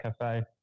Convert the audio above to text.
cafe